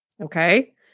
okay